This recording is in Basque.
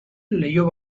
leiho